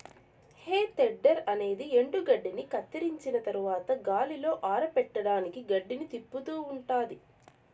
హే tedder అనేది ఎండుగడ్డిని కత్తిరించిన తరవాత గాలిలో ఆరపెట్టడానికి గడ్డిని తిప్పుతూ ఉంటాది